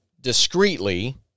discreetly